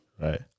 right